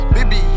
Baby